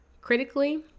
critically